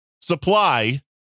supply